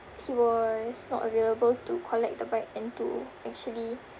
he was not available to collect the bike and to actually